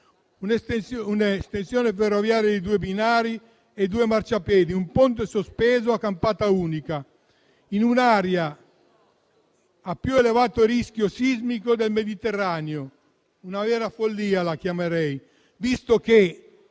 un'estensione ferroviaria di due binari e due marciapiedi. Un ponte sospeso a campata unica in un'area con il più elevato rischio sismico del Mediterraneo: la chiamerei una vera follia, visto che